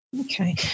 okay